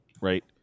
Right